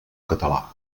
català